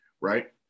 right